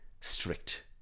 strict